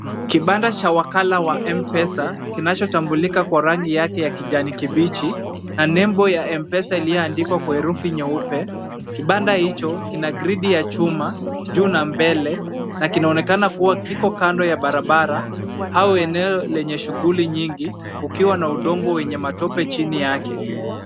Kibanda cha wakala wa M-Pesa, kinachotambulika kwa rangi yake ya kijani kibichi na nembo ya M-Pesa iliyoandikwa kwa rangi nyeupe. Kibanda hicho kina gridi ya chuma juu na mbele na kinaonekana kuwa kiko kando ya barabara, au eneo lenye shughuli mingi, ukiwa na udongo wenye matope chini yake.